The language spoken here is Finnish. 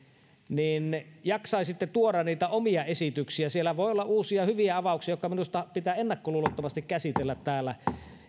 niin jaksaisitte tuoda niitä omia esityksiä siellä voi olla uusia hyviä avauksia jotka minusta pitää ennakkoluulottomasti käsitellä täällä